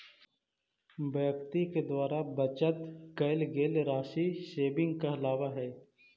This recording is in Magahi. व्यक्ति के द्वारा बचत कैल गेल राशि सेविंग कहलावऽ हई